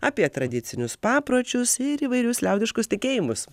apie tradicinius papročius ir įvairius liaudiškus tikėjimus